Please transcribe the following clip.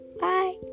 Bye